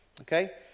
Okay